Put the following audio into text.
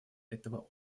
этого